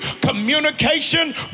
communication